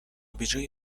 بجای